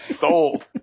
Sold